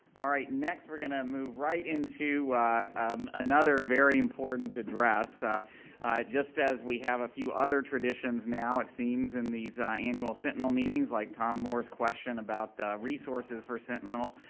alright next we're gonna move right into um another very important address just as we have a few other traditions now it seems in these annual sentinel meetings like tom morris question about the resources for sentinel.